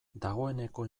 dagoeneko